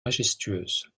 majestueuse